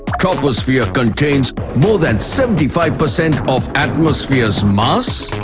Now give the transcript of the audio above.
troposphere contains more than seventy five percent of atmosphere's mass.